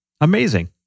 Amazing